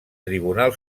tribunal